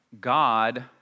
God